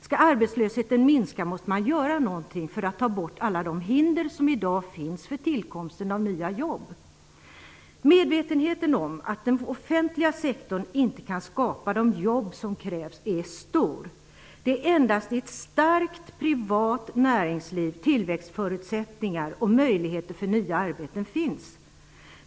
Skall arbetslösheten minska måste man göra något för att ta bort alla de hinder som i dag finns för tillkomsten av nya jobb. Medvetenheten om att den offentliga sektorn inte kan skapa de jobb som krävs är stor. Det är endast i ett starkt privat näringsliv som tillväxtförutsättningar och möjligheter för nya arbeten finns.